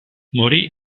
morì